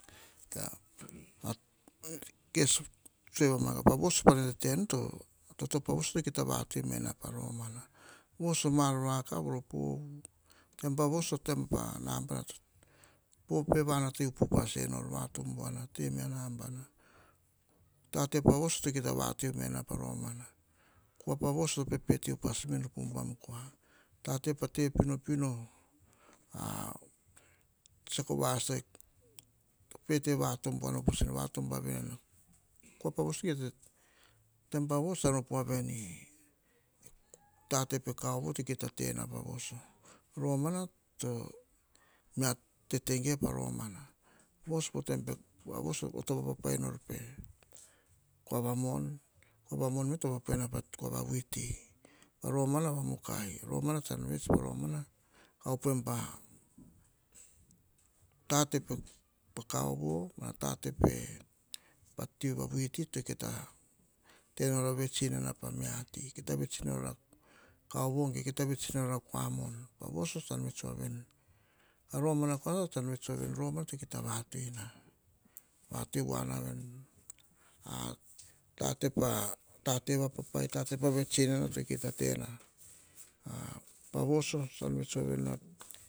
kes tsoe mamuana nu. Toto pavvoso to kita vatoi mena toto voso. Voso ma ar vakav voro po, taim pa voso, taim pa nabana, to pe vanatai upupas en nor. Va tom buana teme a nabana. tate pa voso, to kita vatoi mena a tate pa voso. Kua pa voso, to pe te upa menor po kua pa voso. Tate pa te pinopino, tsako vasataa to pe te va tom buana upas enor tom vav nena enor. Kua pa voso, taim pa voso tsan op voa veni. Tate pe kaovo to kita tena pa voso. Roman tso, mo tete geve pa romana. Pa voso nor vapapi enor pe kua va mon. Kua va mon me to vapapai ene pe kua va vuiti. Pa romana va mukai. Romana tsan vets paro mama, ka opoem pa tate pe kaovo, mana tate pati va vuiti to kita tenor a vets inana mia ti. Kita vets inana nor a kaovo, ge kita vets inana nor a kua mon. Pa voso tsan vets voa veni. Romana kora tsan vets voa vaii, romana kora no kita vatoi na vatoi voa na veni. A tate vapapai tate vets mana to kita tena voso tsan vets voa veni,